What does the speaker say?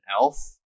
elf